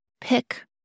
pick